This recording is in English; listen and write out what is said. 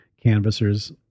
canvassers